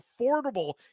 affordable